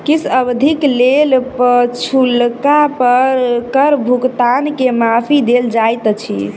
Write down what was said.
किछ अवधिक लेल पछुलका कर भुगतान के माफी देल जाइत अछि